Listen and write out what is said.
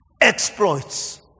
Exploits